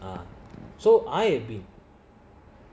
uh so I agree